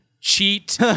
Cheat